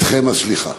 אתכם הסליחה.